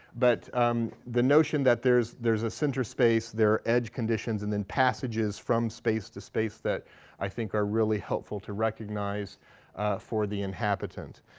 but um the notion that there's there's a center space, there are edge conditions, and then passages from space to space that i think are really helpful to recognize for the inhabitant,